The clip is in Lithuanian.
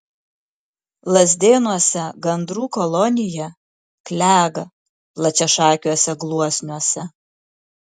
lazdėnuose gandrų kolonija klega plačiašakiuose gluosniuose